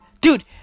Dude